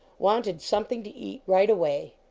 wanted something to eat right away.